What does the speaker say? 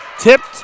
Tipped